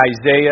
Isaiah